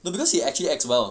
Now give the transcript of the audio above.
no because he actually acts well